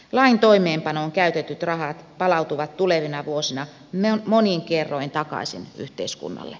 lain toimeenpanoon käytetyt rahat palautuvat tulevina vuosina monin kerroin takaisin yhteiskunnalle